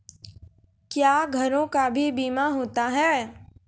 क्या घरों का भी बीमा होता हैं?